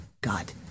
God